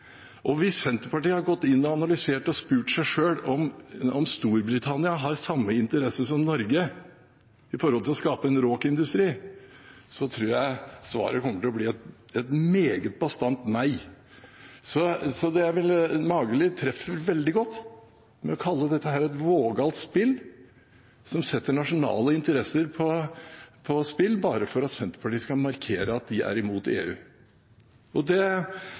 Hvis Senterpartiet hadde gått inn og analysert og spurt seg selv om Storbritannia har samme interesse som Norge med hensyn til å skape en RÅK-industri, tror jeg svaret hadde kommet til å bli et meget bastant nei. Så Mageli treffer veldig godt med å kalle dette et vågalt spill som setter nasjonale interesser på spill, bare for at Senterpartiet skal markere at de er imot EU. Det